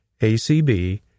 ACB